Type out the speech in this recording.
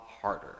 harder